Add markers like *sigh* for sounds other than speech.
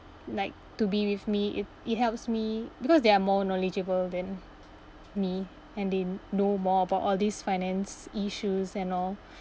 like to be with me it it helps me because they are more knowledgeable than me and they know more about all these finance issues and all *breath*